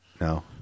No